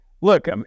look